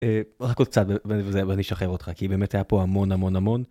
קצת ואני שחרר אותך כי באמת היה פה המון המון המון.